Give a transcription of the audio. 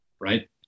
right